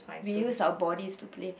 we use our bodies to play